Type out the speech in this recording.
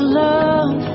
love